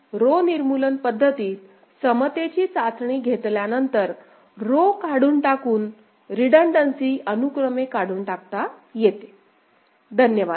आणि रो निर्मूलन पध्दतीत समतेची चाचणी घेतल्यानंतर रो काढून टाकून रिडंडंसी अनुक्रमे काढून टाकता येते